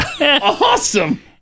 Awesome